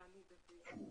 לסיום